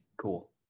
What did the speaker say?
Cool